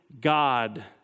God